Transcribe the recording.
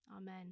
Amen